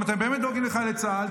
אם אתם באמת דואגים לחיילי צה"ל,